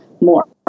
more